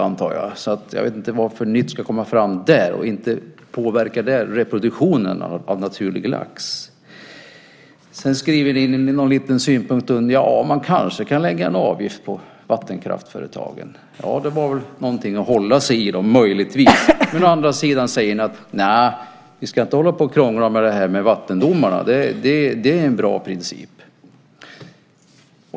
Och jag vet inte vad det är för nytt som ska komma fram då. Och inte påverkar det reproduktionen av naturlig lax. Sedan skriver ni in någon liten synpunkt om att man kanske kan lägga en avgift på vattenkraftföretagen. Ja, det är väl något att hålla sig i - möjligtvis. Å andra sidan säger ni att vi inte ska hålla på och krångla med vattendomarna, att det är en bra princip.